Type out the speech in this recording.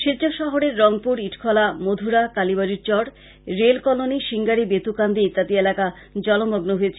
শিলচর শহরের রংপুর ইটখলা মধুরা কালীবাড়ীর rail colony Singari Betukandi ইত্যাদি এলাকা জলমগ্ন হয়েছে